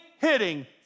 hitting